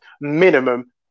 minimum